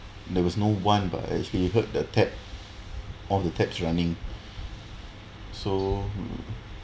there was no one but I actually heard the tap all the taps running so